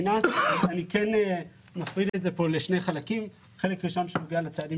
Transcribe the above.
אני כן מפריד את זה כאן לשני חלקים כאשר החלק הראשון נוגע לצעדים